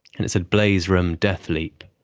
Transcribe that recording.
and it said blaze room death leap.